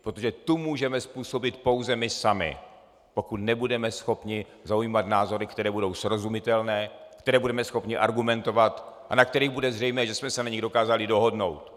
Protože tu můžeme způsobit pouze my sami, pokud nebudeme schopni zaujímat názory, které budou srozumitelné, které budeme schopni argumentovat a na kterých bude zřejmé, že jsme se na nich dokázali dohodnout.